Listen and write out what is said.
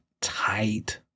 tight